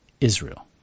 Israel